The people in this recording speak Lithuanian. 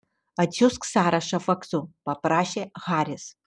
atsiųsk sąrašą faksu paprašė haris